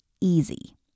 easy